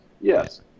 yes